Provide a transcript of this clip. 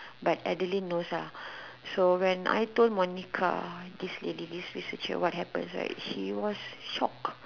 but Adeline knows ah so when I told Monica this lady this researcher what happens she was shock